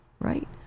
right